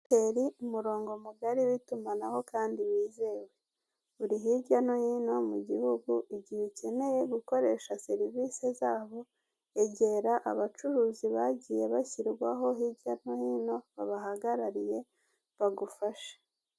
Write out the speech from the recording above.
Eyateri umurongo mugari w'itumanaho kandi wizewe uri hirya no hino mu gihugu igihe ukeneye gukoresha serivisi zabo egera abacuruzi bagiye bashyirwaho hirya no hino babahagarariye bagufashe.